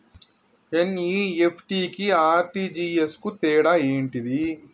NEFT కి RTGS కు తేడా ఏంటిది?